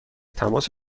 تماس